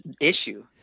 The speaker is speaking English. issue